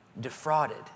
defrauded